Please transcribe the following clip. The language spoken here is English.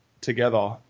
together